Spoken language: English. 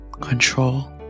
Control